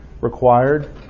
required